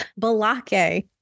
Balake